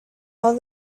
all